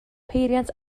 peiriant